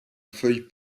feuilles